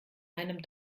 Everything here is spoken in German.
einem